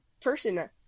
person